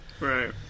Right